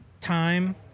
time